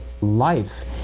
life